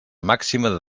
màxima